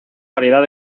variedad